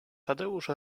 tadeusz